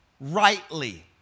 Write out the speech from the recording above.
rightly